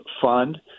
fund